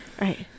Right